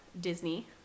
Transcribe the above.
Disney